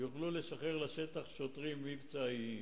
יוכלו לשחרר לשטח שוטרים מבצעיים.